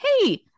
Hey